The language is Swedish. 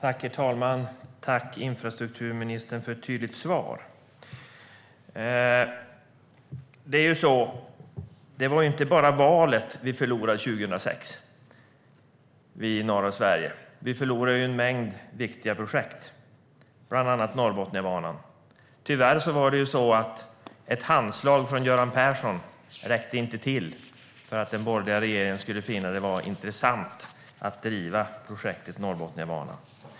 Herr talman! Tack, infrastrukturministern, för ett tydligt svar! Det var inte bara valet som vi förlorade 2006, vi i norra Sverige, utan vi förlorade en mängd viktiga projekt, bland annat Norrbotniabanan. Ett handslag från Göran Persson räckte tyvärr inte till för att den borgerliga regeringen skulle finna det vara intressant att driva projektet Norrbotniabanan.